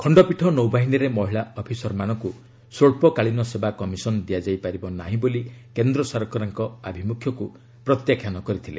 ଖଣ୍ଡପୀଠ ନୌବାହିନୀରେ ମହିଳା ଅଫିସରମାନଙ୍କୁ ସ୍ୱଚ୍ଚକାଳୀନ ସେବା କମିଶନ ଦିଆଯାଇ ପାରିବ ନାହିଁ ବୋଲି କେନ୍ଦ୍ର ସରକାରଙ୍କ ଆଭିମୁଖ୍ୟକୁ ପ୍ରତ୍ୟାଖ୍ୟାନ କରିଦେଇଥିଲେ